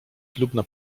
ślubna